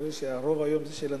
אני רואה שהרוב היום פה הוא של הנשים.